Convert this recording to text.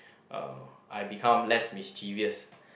uh I become less mischievous